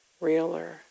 realer